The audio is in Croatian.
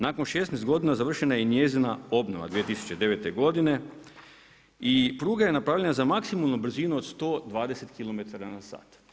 Nakon 16 godina završena je i njezina obnova 2009. godine i pruga je napravljena za maksimalnu brzinu od 120 km/